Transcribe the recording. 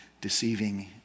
deceiving